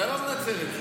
אתה לא מנצל את זה.